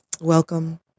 welcome